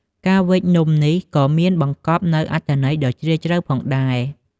ការវេចខ្ចប់នំនេះក៏មានបង្កប់នូវអត្ថន័យដ៏ជ្រាលជ្រៅផងដែរ។